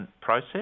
process